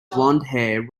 blondhair